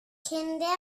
kinder